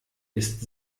ist